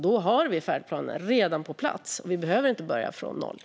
Då har vi redan färdplanerna på plats och behöver inte börja från noll.